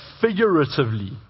figuratively